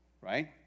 Right